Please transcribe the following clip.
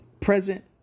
present